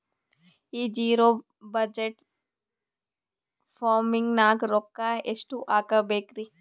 ಈ zero budget farming ನಾಗ್ ರೊಕ್ಕ ಎಷ್ಟು ಹಾಕಬೇಕರಿ?